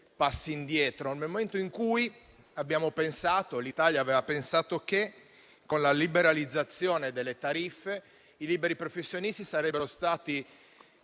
di più), nel momento in cui l'Italia aveva pensato che, con la liberalizzazione delle tariffe, i liberi professionisti sarebbero stati